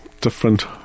different